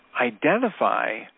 identify